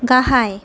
गाहाय